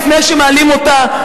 לפני שמעלים אותה,